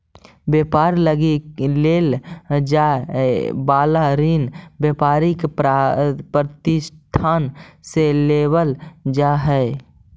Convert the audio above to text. व्यापार लगी लेल जाए वाला ऋण व्यापारिक प्रतिष्ठान से लेवल जा हई